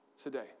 today